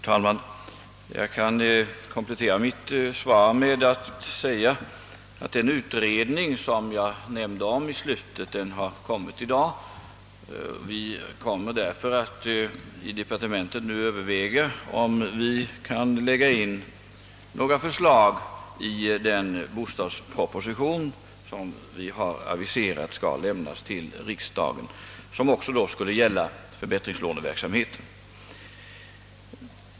Herr talman! Jag kan komplettera mitt svar med att säga att den utredning, som jag omnämnde i slutet av svaret, har kommit i dag. Vi skall därför nu i departementet överväga om vi i den bostadsproposition som vi har aviserat kan ta in några förslag som också gäller förbättringslåneverksamheten.